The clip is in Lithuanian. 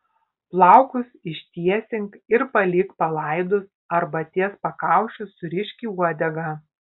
plaukus ištiesink ir palik palaidus arba ties pakaušiu surišk į uodegą